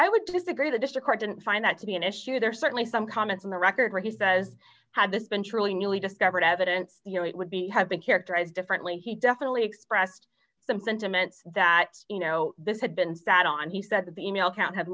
i would disagree the district court didn't find that to be an issue there are certainly some comments in the record where he says had this been truly newly discovered evidence you know it would be have been characterized differently he definitely expressed the sentiment that you know this had been fat on he said that the e mail account had